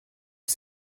que